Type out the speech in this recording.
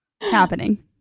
happening